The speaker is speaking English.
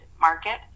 market